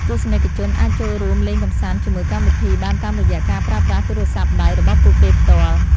ទស្សនិកជនអាចចូលរួមលេងកម្សាន្តជាមួយកម្មវិធីបានតាមរយៈការប្រើប្រាស់ទូរស័ព្ទដៃរបស់ពួកគេផ្ទាល់។